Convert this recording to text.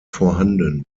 vorhanden